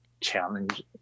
challenge